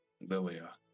Lilia